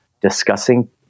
discussing